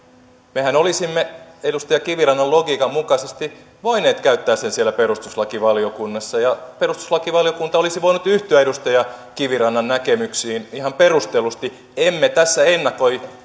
mehän olisimme edustaja kivirannan logiikan mukaisesti voineet käyttää sen siellä perustuslakivaliokunnassa ja perustuslakivaliokunta olisi voinut yhtyä edustaja kivirannan näkemyksiin ihan perustellusti emme tässä ennakoi